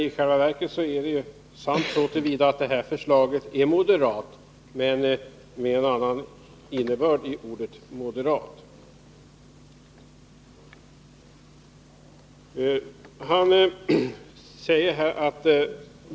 I själva verket är det sant att förslaget är moderat — men med en annan innebörd än den vanliga i ordet moderat.